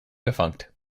defunct